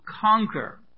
conquer